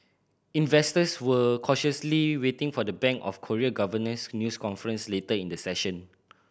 investors were cautiously waiting for the Bank of Korea governor's news conference later in the session